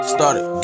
Started